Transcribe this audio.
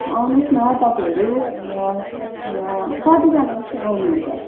आउनुहोस् न तपाईँहरू कतिजना कतिजना जस्तो आउनुहुन्छ